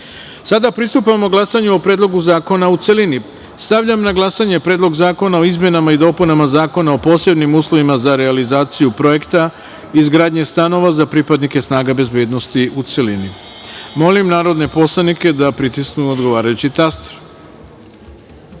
pristupamo glasanju o Predlogu zakona u celini. Stavljam na glasanje Predlog zakona o izmenama i dopunama Zakona o posebnim uslovima za realizaciju projekta izgradnje stanova za pripadnike snaga bezbednosti, u celini. Molim narodne poslanike da pritisnu odgovarajući